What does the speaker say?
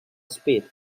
speed